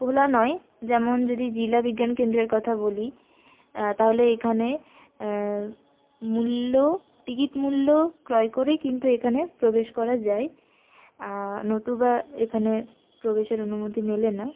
খোলা নয় যেমন জেলা বিজ্ঞান কেন্দ্রের কথা বলি তাহলে এখানে মূল্য টিকিট মূল্য ক্রয় করে কিন্তু এখানে প্রবেশ করা যায় নতুবা এখানে প্রবেশের অনুমতি মেলে না